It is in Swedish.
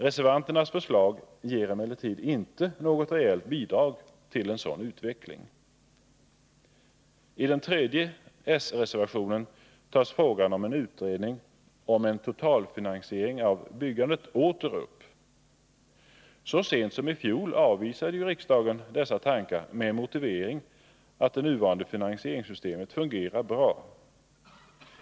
Reservanternas förslag ger emellertid inte något reellt bidrag till en sådan utveckling. I den tredje s-reservationen tas frågan om en utredning om en totalfinansiering av byggandet åter upp. Så sent som i fjol avvisade emellertid temet fungerar bra.